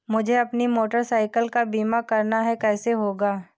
मुझे अपनी motorcycle का बीमा करना है कैसे होगा?